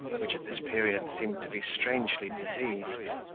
which at this period seemed to be strangely diseased.